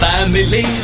Family